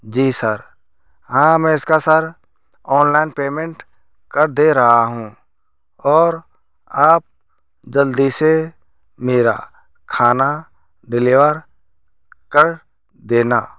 जी sir हाँ मैं इसका सर ऑनलाइन पेमेंट कर दे रहा हूँ और आप जल्दी से मेरा खाना डिलेवर कर देना